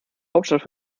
hauptstadt